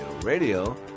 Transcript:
radio